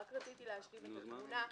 רק רציתי להשלים את התמונה.